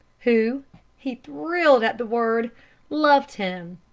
who he thrilled at the word loved him!